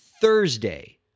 Thursday